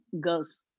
girls